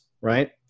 right